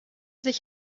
sich